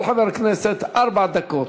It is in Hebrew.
רבותי, כל חבר כנסת, ארבע דקות.